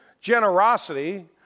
generosity